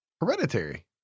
Hereditary